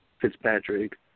Fitzpatrick